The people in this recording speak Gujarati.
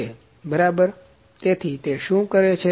બરાબર તેથી તે શું કરે છે